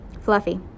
Fluffy